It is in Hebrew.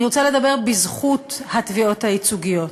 אני רוצה לדבר בזכות התביעות הייצוגיות.